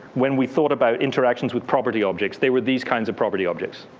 when we thought about interactions with property objects, they were these kinds of property objects.